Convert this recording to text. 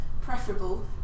preferable